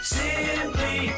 simply